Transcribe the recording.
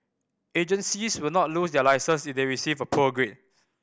agencies will not lose their licence if they receive a poor grade